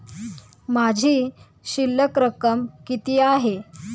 माझी शिल्लक रक्कम किती आहे?